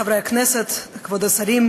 חברי חברי הכנסת, כבוד השרים,